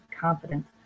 confidence